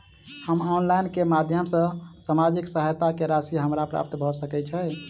हम ऑनलाइन केँ माध्यम सँ सामाजिक सहायता केँ राशि हमरा प्राप्त भऽ सकै छै?